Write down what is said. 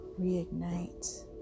reignite